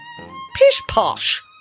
Pish-posh